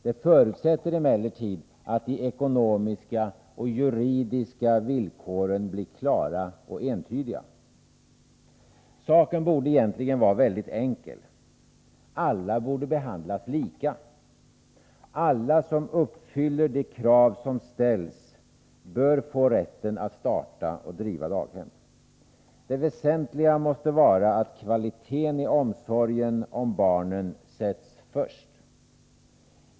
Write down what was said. Det förutsätter emellertid att de ekonomiska och juridiska villkoren blir klara och entydiga. Saken borde egentligen vara mycket enkel. Alla borde behandlas lika. Alla som uppfyller de krav som ställs bör få rätten att starta och driva daghem. Det väsentliga måste vara att kvaliteten i omsorgen om barnen sätts först.